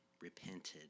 repented